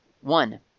One